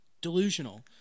delusional